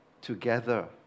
together